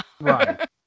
Right